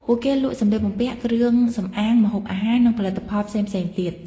ពួកគេលក់សម្លៀកបំពាក់ គ្រឿងសម្អាង ម្ហូបអាហារ និងផលិតផលផ្សេងៗទៀត។